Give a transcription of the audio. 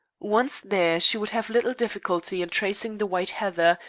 once there she would have little difficulty in tracing the white heather,